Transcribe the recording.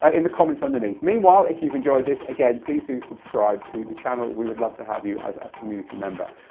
ah in the comments underneath. meanwhile, if you've enjoyed this, again, please do subscribe to the channel. we would love to have you as a community member.